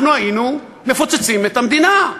אנחנו היינו מפוצצים את המדינה,